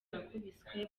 wakubiswe